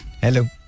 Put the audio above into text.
Hello